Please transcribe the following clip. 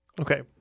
Okay